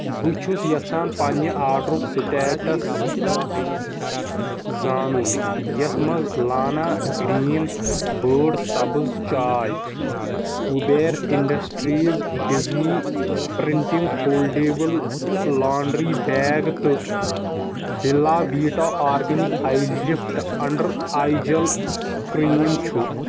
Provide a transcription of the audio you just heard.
بہٕ چھُس یژھان پنٛنہِ آرڈرُک سِٹیٹس زانُن یتھ منٛز لانا گرٛیٖن بٲڈ سبٕز چاے Kuber industries Disney printing foldable laundry bag تہٕ Bella Vita organic eye lift under eye gel cream چھُ